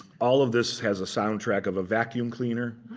all of this has a soundtrack of a vacuum cleaner.